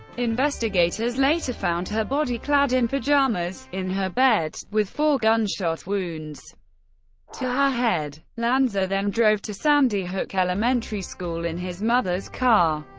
investigators later found her body clad in pajamas, in her bed, with four gunshot wounds to her head. lanza then drove to sandy hook elementary school in his mother's car.